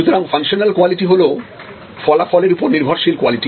সুতরাং functional quality হল ফলাফলের উপর নির্ভরশীল কোয়ালিটি